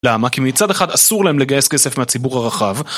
למה? כי מצד אחד אסור להם לגייס כסף מהציבור הרחב?